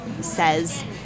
says